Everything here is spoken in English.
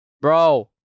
bro